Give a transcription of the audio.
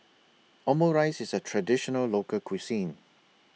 Omurice IS A Traditional Local Cuisine